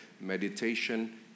Meditation